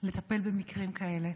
לטפל במקרים כאלה.